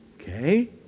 okay